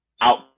out